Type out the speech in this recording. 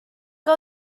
que